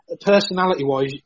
personality-wise